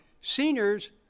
seniors